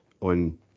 on